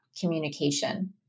communication